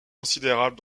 considérable